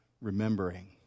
remembering